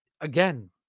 again